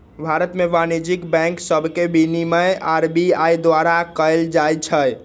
भारत में वाणिज्यिक बैंक सभके विनियमन आर.बी.आई द्वारा कएल जाइ छइ